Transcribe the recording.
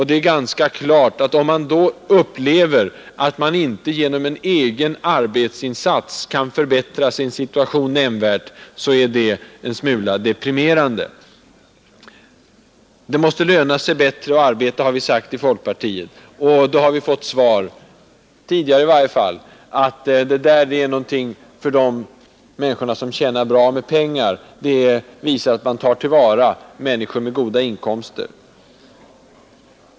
Det är klart att om man då upplever, att man inte genom en egen arbetsinsats kan förbättra sin situation nämnvärt, så är det en smula deprimerande. Det måste löna sig bättre att arbeta, har vi sagt i folkpartiet. Då har vi fått svaret — tidigare i varje fall — att det där är någonting för de människor som tjänar bra med pengar; det visar att man tar till vara deras intresse som har goda inkomster.